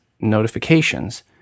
notifications